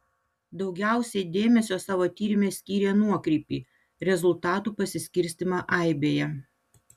daugiausiai dėmesio savo tyrime skyrė nuokrypį rezultatų pasiskirstymą aibėje